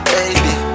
Baby